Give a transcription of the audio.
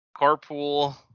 Carpool